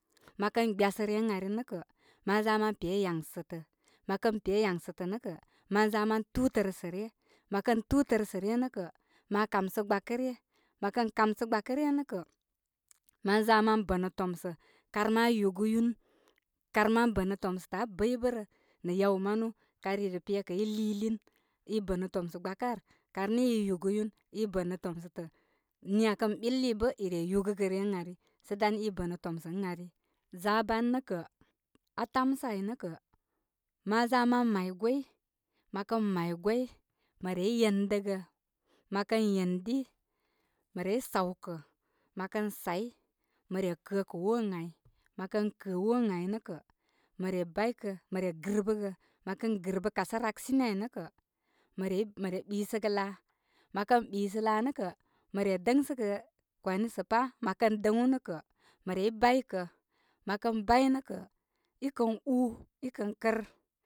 Mə kən gbyasə ryer ən ari nə' kə' ma za ma pe yaŋsətā. Mə kən pe yaŋsətə' nə kə', ma za ma tutərə rə sə' ryə. Mə kən tutə rə sə' ryə. Mə kən tutərə sə ryə nə' kə', ma kamsə gbakəryə. Ma kən kamsə gbakə ryə nə' kə, ma za ma bə nə tomsə. kar ma yugəyun. kar ma bənə tomsətə abəybə'bə'rə nə' yaw manu. Kar i re pe kə' i ui lin. i bənə tomsə' gbakə ar kar nə i yugəyun. i bə' nə' tomsətə. Niya kə ɓiliyi bə i re yugəgə ryer ə ari dan i bən ə' tomsə ən ari. za ban nə kə' aa tamsə aynə kə'. ma za ma may gwai mə kən may gwoi, mə rey yen dəgə, makən yendi, mə rey sawkə', məkən say mə re kəəkə' woo ən ai. Mə kə kəə woo ən aynə' kə' mə kə girbə kasa raksini aynə'kə' mə re ɓisəgə laa, məkən ɓisə laa nə'kə', mə re dəŋsəgə kwani sə pā, mə kən dəŋu nə' kə' mə rey baykə', i kən ūū i kən kər.